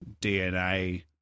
DNA